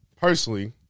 personally